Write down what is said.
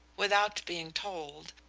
without being told,